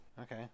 Okay